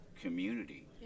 community